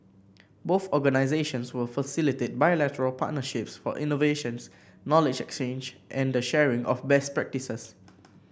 both organisations will facilitate bilateral partnerships for innovations knowledge exchange and the sharing of best practices